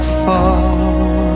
fall